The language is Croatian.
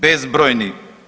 Bezbrojni.